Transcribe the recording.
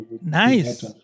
Nice